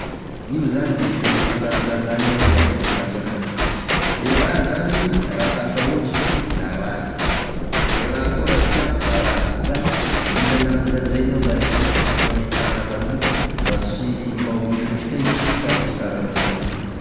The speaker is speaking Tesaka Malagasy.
Io zany defa e fandanjalanjagny avao zany e fahitako anazy, e raha zany raha tafahôtry da rasy, e raha koa raha sy ampy da rasy zany oe mila lanzalanzainao zany e fagnamp- e fametraha anazy amo- mba si- mba ho hisy otrikaigny izy sady ho sara gne tsirony.